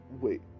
wait